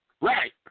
Right